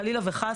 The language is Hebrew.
חלילה וחס,